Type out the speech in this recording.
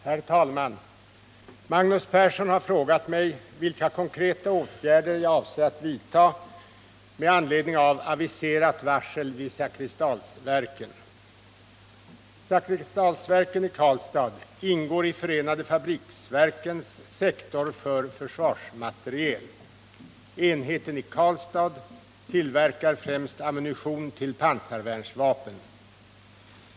Herr talman! Magnus Persson har frågat mig vilka konkreta åtgärder jag avser att vidta med anledning av aviserat varsel vid Zakrisdalsverken. Zakrisdalsverken i Karlstad ingår i förenade fabriksverkens sektor för försvarsmateriel. Enheten i Karlstad tillverkar främst ammunition till pansarvärnsvapen.